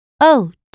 oat